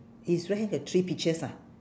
his right hand got three peaches ah